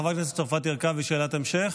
חברת הכנסת צרפתי הרכבי, שאלת המשך.